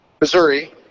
Missouri